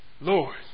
Lord